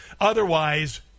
Otherwise